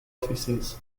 offices